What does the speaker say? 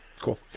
cool